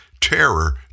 terror